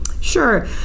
sure